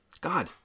God